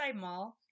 Mall